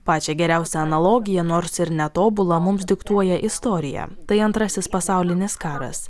pačią geriausią analogiją nors ir netobulą mums diktuoja istorija tai antrasis pasaulinis karas